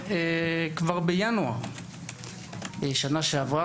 כבר בינואר שנה שעברה,